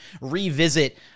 revisit